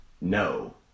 No